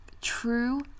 True